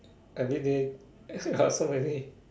everyday ya so many